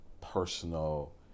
personal